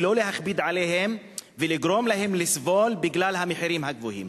ולא להכביד עליהם ולגרום להם לסבול בגלל המחירים הגבוהים.